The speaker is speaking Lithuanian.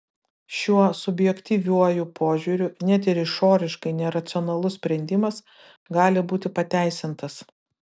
šiuo subjektyviuoju požiūriu net ir išoriškai neracionalus sprendimas gali būti pateisintas